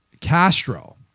Castro